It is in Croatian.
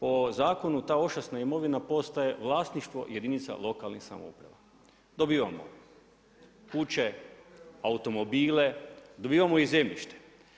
Po zakonu ta ošasna imovina postaje vlasništvo jedinica lokalne samouprave dobivamo kuće, automobile, dobivamo i zemljište.